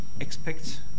expect